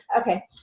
Okay